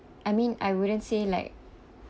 I mean I wouldn't say like